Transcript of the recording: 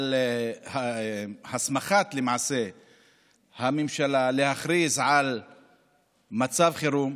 למעשה על הסמכת הממשלה להכריז על מצב חירום,